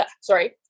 sorry